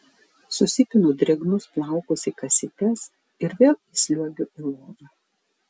susipinu drėgnus plaukus į kasytes ir vėl įsliuogiu į lovą